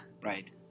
Right